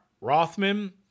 Rothman